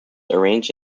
arranged